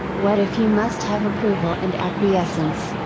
what if you must have approval and acquiescence,